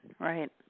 right